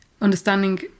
understanding